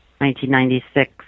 1996